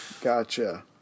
gotcha